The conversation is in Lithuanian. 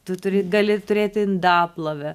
tu turi gali turėti indaplovę